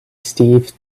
steve